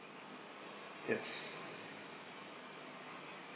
yes